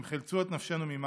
הם חילצו את נפשנו ממוות,